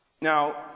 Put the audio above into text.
Now